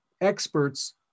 experts